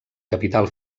capital